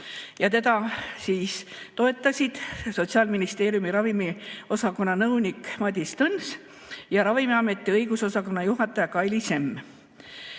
Teda toetasid Sotsiaalministeeriumi ravimiosakonna nõunik Madis Tõns ja Ravimiameti õigusosakonna juhataja Kaili Semm,